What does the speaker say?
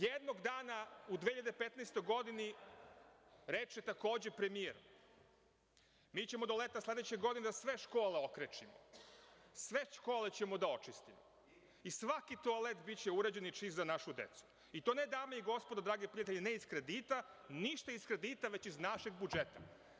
Jednog dana u 2015. godini, reče, takođe, premijer – mi ćemo do leta sledeće godine da sve škole okrečimo, sve škole ćemo da očistimo i svaki toalet biće uređen i čist za našu decu, i to ne, dame i gospodo, dragi prijatelji, ne iz kredita, ništa iz kredita, već iz našeg budžeta.